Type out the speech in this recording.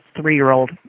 three-year-old